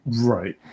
Right